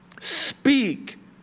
Speak